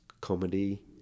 comedy